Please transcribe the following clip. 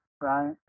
Right